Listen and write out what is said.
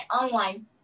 online